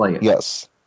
Yes